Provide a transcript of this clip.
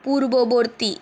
পূর্ববর্তী